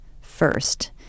first